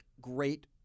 great